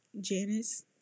Janice